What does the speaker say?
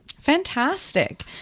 fantastic